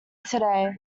today